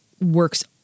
works